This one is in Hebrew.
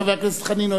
חבר הכנסת חנין,